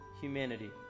humanity